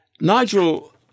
Nigel